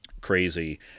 crazy